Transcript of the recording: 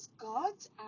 God's